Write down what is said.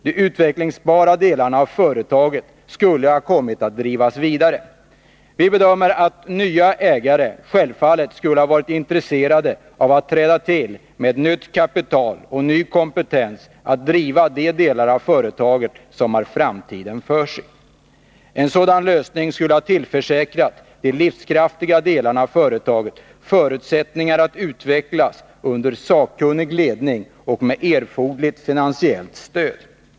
De utvecklingsbara delarna av företaget skulle ha kommit att drivas vidare. Vi bedömer att nya ägare självfallet skulle ha varit intresserade av att träda till med nytt kapital och ny kompetens för att driva de delar av företaget som har framtiden för sig. En sådan lösning skulle ha tillförsäkrat de livskraftiga delarna av företaget förutsättningar att utvecklas under sakkunnig ledning och med erforderligt finansiellt stöd.